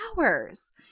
hours